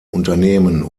unternehmen